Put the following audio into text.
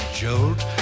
jolt